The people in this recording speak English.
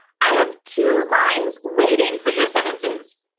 i have two lines waiting for your sentences.